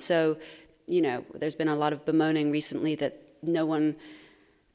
so you know there's been a lot of bemoaning recently that no one